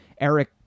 Eric